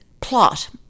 plot